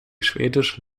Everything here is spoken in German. schwedische